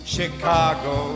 Chicago